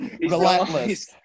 Relentless